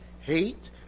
hate